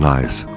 Nice